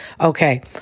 Okay